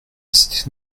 c’était